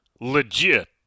legit